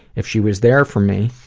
if she was there for me,